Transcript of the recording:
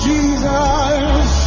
Jesus